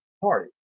party